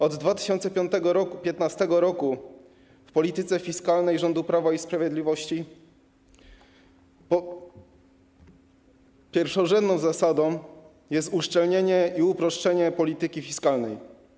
Od 2015 r. w polityce fiskalnej rządu Prawa i Sprawiedliwości pierwszorzędną zasadą jest uszczelnienie i uproszczenie polityki fiskalnej.